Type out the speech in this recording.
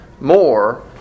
more